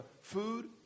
food